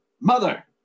mother